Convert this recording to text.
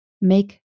Make